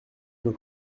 nos